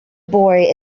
boy